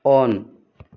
on